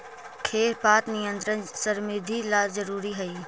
खेर पात नियंत्रण समृद्धि ला जरूरी हई